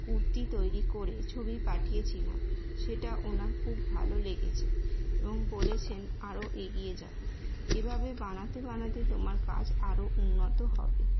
কুর্তি তৈরি করে ছবি পাঠিয়েছিলাম সেটা ওনার খুব ভালো লেগেছে এবং বলেছেন আরও এগিয়ে যাও এভাবে বানাতে বানাতে তোমার কাজ আরও উন্নত হবে